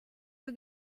für